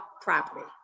property